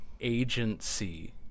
agency